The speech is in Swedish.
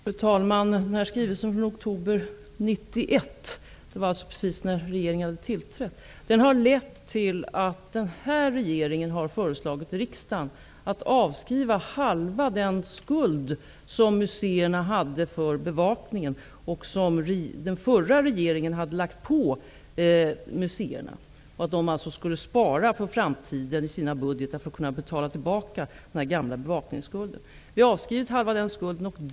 Fru talman! Skrivelsen från oktober 1991 -- alltså precis när regeringen hade tillträtt -- har lett till att den här regeringen har föreslagit riksdagen att avskriva halva den skuld som museerna hade för bevakningen och som den förra regeringen hade lagt på museerna, som alltså skulle spara för framtiden i sina budgetar för att kunna betala tillbaka den här gamla bevakningsskulden. Vi har avskrivit halva den skulden.